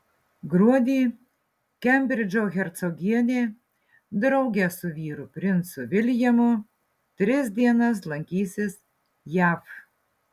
gruodį kembridžo hercogienė drauge su vyru princu viljamu tris dienas lankysis jav